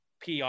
PR